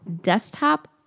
desktop